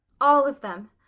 all of them.